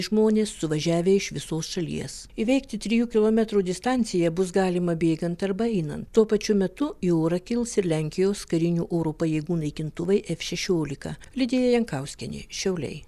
žmonės suvažiavę iš visos šalies įveikti trijų kilometrų distanciją bus galima bėgant arba einant tuo pačiu metu į orą kils ir lenkijos karinių oro pajėgų naikintuvai f šešiolika lidija jankauskienė šiauliai